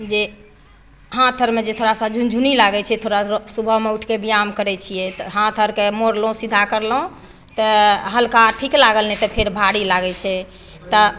जे हाँथ आरमे जे थोड़ा सा झुनझुनी लागै छै थोड़ा सा सुबहमे उठके बयायाम करै छियै तऽ हाँथ आओर कए मोड़लहुँ सीधा करलहुँ तहि हल्का ठीक लागल नहि तऽ फेर भाड़ी लागैत छै तऽ